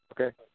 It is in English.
okay